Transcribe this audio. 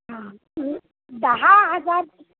हां दहा हजार